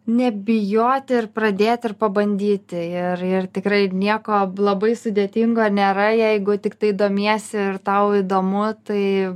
nebijoti ir pradėti ir pabandyti ir ir tikrai nieko labai sudėtingo nėra jeigu tiktai domiesi ir tau įdomu tai